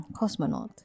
cosmonaut